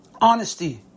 honesty